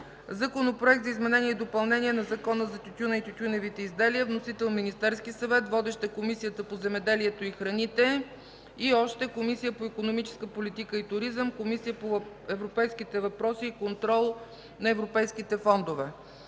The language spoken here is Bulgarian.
Законопроект за изменение и допълнение на Закона затютюна и тютюневите изделия. Вносител – Министерският съвет. Водеща е Комисията по земеделието и храните. Разпределен е и на Комисията по икономическа политика и туризъм и Комисията по европейските въпроси и контрол на европейските фондове.